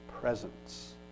presence